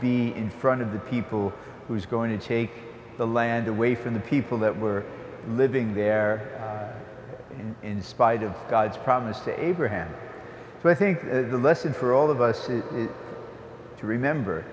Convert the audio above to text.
be in front of the people who's going to take the land away from the people that were living there in spite of god's promise to abraham so i think the lesson for all of us to remember